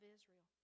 Israel